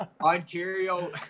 Ontario